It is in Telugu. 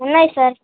ఉన్నాయి సార్